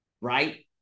right